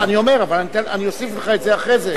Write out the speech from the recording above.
אני אוסיף לך את זה אחרי זה.